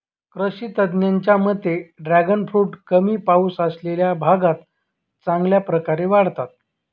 कृषी तज्ज्ञांच्या मते ड्रॅगन फ्रूट कमी पाऊस असलेल्या भागात चांगल्या प्रकारे वाढतात